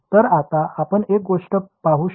तर आता आपण एक गोष्ट पाहू शकता